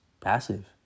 passive